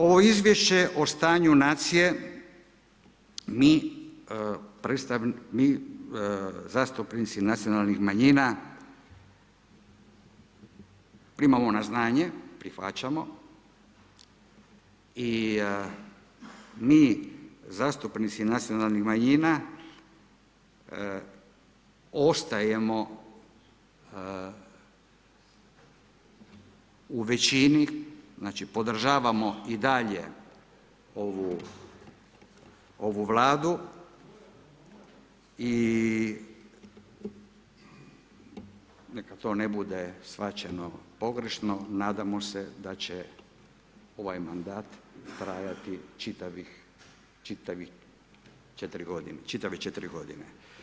Ovo izvješće o stanju nacije mi zastupnici nacionalnih manjina primamo na znanje, prihvaćamo i mi zastupnici nacionalnih manjina ostajemo u većini znači podržavamo i dalje ovu Vladu i neka to ne bude shvaćeno pogrešno, nadamo se da će ovaj mandat trajati čitavih 4 godine.